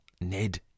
Ned